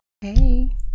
Hey